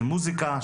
של מוסיקה,